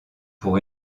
pour